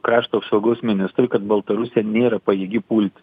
krašto apsaugos ministrui kad baltarusija nėra pajėgi pulti